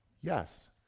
yes